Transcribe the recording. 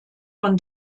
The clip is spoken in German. von